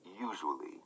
usually